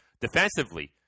Defensively